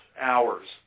hours